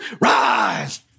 rise